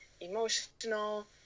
emotional